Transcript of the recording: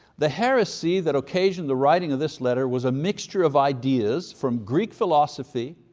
the heresy that occasioned the writing of this letter was a mixture of ideas from greek philosophy,